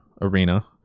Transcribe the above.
arena